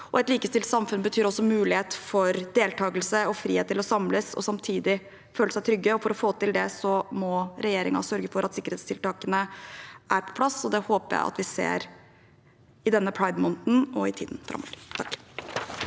Et likestilt samfunn betyr også mulighet for deltakelse og frihet til å samles og samtidig føle seg trygge. For å få til det, må regjeringen sørge for at sikkerhetstiltakene er på plass, og det håper jeg vi ser i denne pridemåneden og i tiden framover. Svein